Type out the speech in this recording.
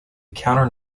counter